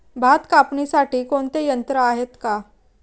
भात कापणीसाठी कोणते यंत्र आहेत का?